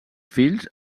fills